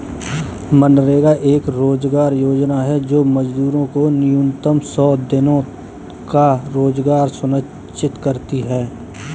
मनरेगा एक रोजगार योजना है जो मजदूरों को न्यूनतम सौ दिनों का रोजगार सुनिश्चित करती है